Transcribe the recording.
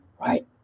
right